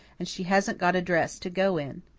and she hasn't got a dress to go in,